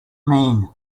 mean